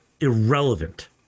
irrelevant